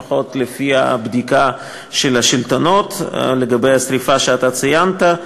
לפחות לפי הבדיקה של השלטונות לגבי השרפה שאתה ציינת.